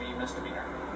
misdemeanor